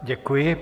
Děkuji.